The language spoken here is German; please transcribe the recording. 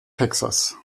texas